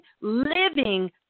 living